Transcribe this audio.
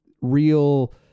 real